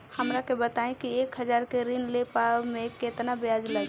हमरा के बताई कि एक हज़ार के ऋण ले ला पे केतना ब्याज लागी?